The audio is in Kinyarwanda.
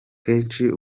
kenshi